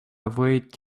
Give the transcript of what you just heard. avoid